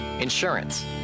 Insurance